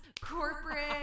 Corporate